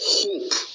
hope